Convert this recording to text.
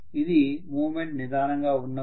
ఇది మూమెంట్ నిదానంగా ఉన్నప్పుడు